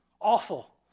awful